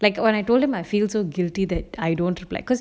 like when I told him I feel so guilty that I don't like cause